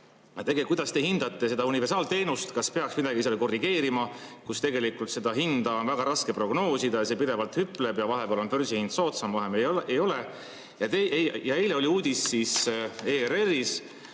Kuidas te hindate seda universaalteenust? Kas peaks midagi seal korrigeerima, kui tegelikult elektri hinda on väga raske prognoosida, see pidevalt hüpleb. Vahepeal on börsihind soodsam, vahepeal ei ole. Ja eile oli uudis ERR-is,